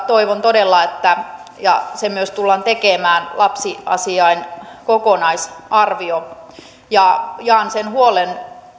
toivon todella että tehdään ja se myös tullaan tekemään lapsiasiain kokonaisarvio ja jaan sen huolen